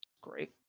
great